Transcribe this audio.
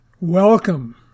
Welcome